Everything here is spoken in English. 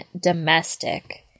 domestic